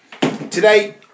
Today